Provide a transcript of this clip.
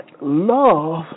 love